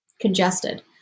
congested